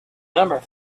number